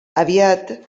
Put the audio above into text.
aviat